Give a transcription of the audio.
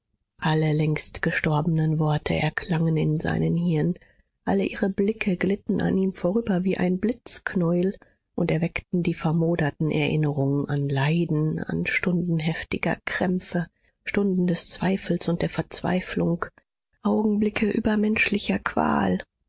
alle längst gestorbenen worte erklangen in seinen hirn alle ihre blicke glitten an ihm vorüber wie ein blitzknäuel und erweckten die vermoderten erinnerungen an leiden an stunden heftiger krämpfe stunden des zweifels und der verzweiflung augenblicke übermenschlicher qual